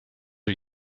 are